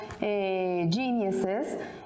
geniuses